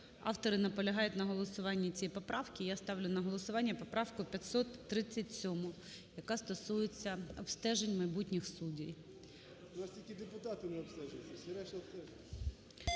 автори наполягають на голосуванні цієї поправки. Я ставлю на голосування поправку 537, яка стосується обстежень майбутніх судів.